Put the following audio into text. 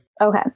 Okay